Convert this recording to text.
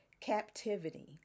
captivity